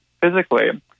physically